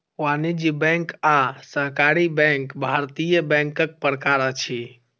वाणिज्य बैंक आ सहकारी बैंक भारतीय बैंकक प्रकार अछि